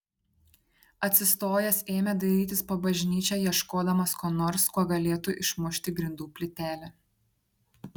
atsistojęs ėmė dairytis po bažnyčią ieškodamas ko nors kuo galėtų išmušti grindų plytelę